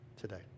today